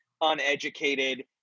uneducated